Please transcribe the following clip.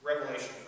revelation